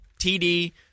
TD